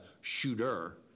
shooter